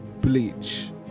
bleach